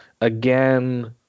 again